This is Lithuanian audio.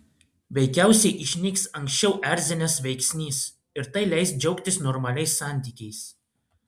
veikiausiai išnyks anksčiau erzinęs veiksnys ir tai leis džiaugtis normaliais santykiais